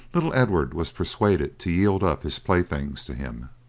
little edward was persuaded to yield up his play-things to him.